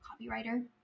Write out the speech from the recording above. copywriter